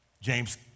James